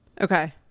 Okay